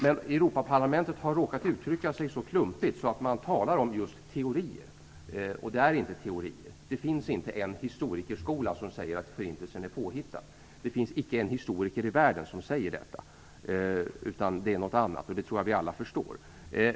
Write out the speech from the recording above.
Men Europaparlamentet har råkat uttrycka sig så klumpigt att det talas om just "teorier". Detta är inte teorier. Det finns inte en historikerskola som säger att förintelsen är påhittad. Det finns icke en historiker i världen som hävdar detta. Det handlar om någonting annat, och det tror jag att vi alla förstår.